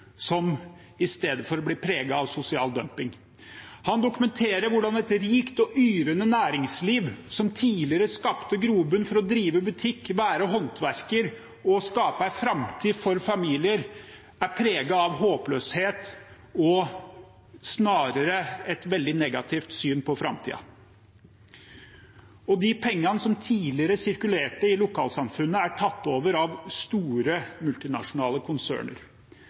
som istedenfor blir preget av sosial dumping. Han dokumenterer hvordan et rikt og yrende næringsliv som tidligere skapte grobunn for å drive butikk, være håndverker og skape en framtid for familier, er preget av håpløshet og snarere et veldig negativt syn på framtiden. De pengene som tidligere sirkulerte i lokalsamfunnene, er tatt over av store multinasjonale konserner.